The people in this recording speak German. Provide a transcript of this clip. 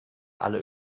alle